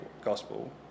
gospel